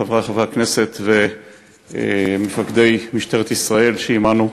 חברי חברי הכנסת ומפקדי משטרת ישראל שעמנו,